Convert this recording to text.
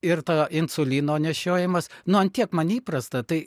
ir to insulino nešiojimas nu ant tiek man įprasta tai